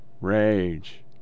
Rage